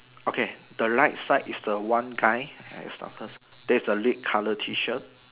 okay the light side is the one guy there is a red color tee shirt